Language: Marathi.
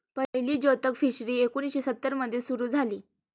पहिली जोतक फिशरी एकोणीशे सत्तर मध्ये सुरू झाली